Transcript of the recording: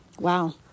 wow